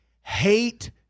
hate